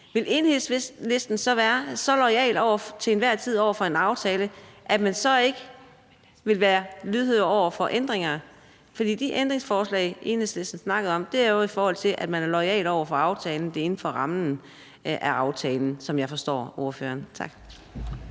til enhver tid være så loyal over for den aftale, at man ikke vil være lydhør over for ændringer? For de ændringsforslag, Enhedslisten snakkede om, er jo, i forhold til at man er loyal over for aftalen inden for rammen af aftalen, som jeg forstår ordføreren. Tak.